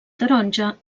taronja